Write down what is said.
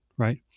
Right